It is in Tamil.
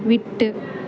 விட்டு